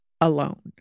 alone